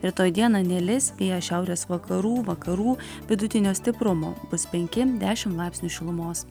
rytoj dieną nelis vėjas šiaurės vakarų vakarų vidutinio stiprumo bus penki dešimt laipsnių šilumos